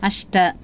अष्ट